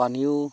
পানীও